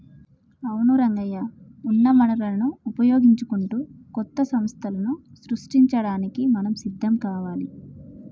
అవును రంగయ్య ఉన్న వనరులను వినియోగించుకుంటూ కొత్త సంస్థలను సృష్టించడానికి మనం సిద్ధం కావాలి